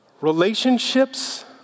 Relationships